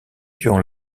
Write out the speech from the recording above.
durant